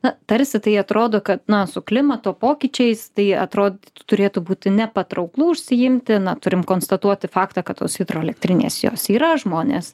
na tarsi tai atrodo kad na su klimato pokyčiais tai atrodytų turėtų būti nepatrauklu užsiimti na turim konstatuoti faktą kad tos hidroelektrinės jos yra žmonės